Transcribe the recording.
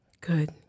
Good